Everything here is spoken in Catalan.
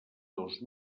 dos